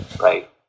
right